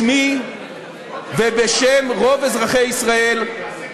בשמי ובשם רוב אזרחי ישראל, תעשה קיצור,